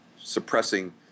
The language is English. suppressing